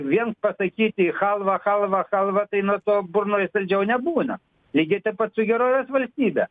vien pasakyti chalva chalva chalva tai nuo to burnoj saldžiau nebūna lygiai taip pat su gerovės valstybe